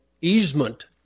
easement